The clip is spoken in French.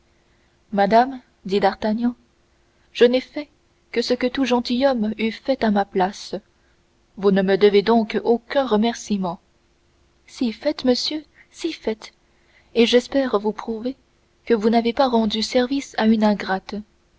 madame dit d'artagnan je n'ai fait que ce que tout gentilhomme eût fait à ma place vous ne me devez donc aucun remerciement si fait monsieur si fait et j'espère vous prouver que vous n'avez pas rendu service à une ingrate